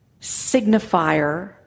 signifier